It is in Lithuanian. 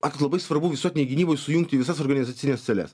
ak labai svarbu visuotinei gynybai sujungti visas organizacines celes